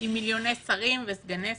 עם מיליוני שרים וסגני שרים,